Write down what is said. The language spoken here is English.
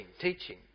teaching